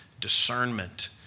discernment